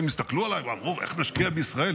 והם הסתכלו עליי ואמרו: איך נשקיע בישראל?